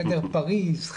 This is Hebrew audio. חדר פריז,